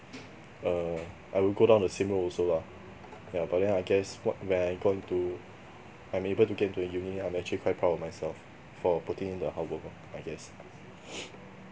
err I will go down the same road also lah yeah but then I guess what when I got into I'm able to get into uni I'm actually quite proud of myself for putting in the hard work lor I guess